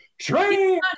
Train